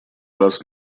раз